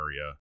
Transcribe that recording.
area